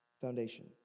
foundation